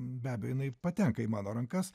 be abejo jinai patenka į mano rankas